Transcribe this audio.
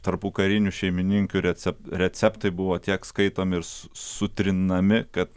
tarpukarinių šeimininkių receptai buvo tiek skaitomi ir sutrinami kad